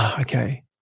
okay